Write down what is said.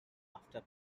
after